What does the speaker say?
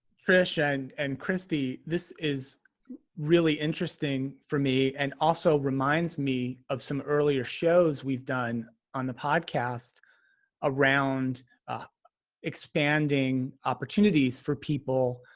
trish and and christy this is really interesting for me and also reminds me of some earlier shows we've done on the podcast around expanding opportunities for people